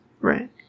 Right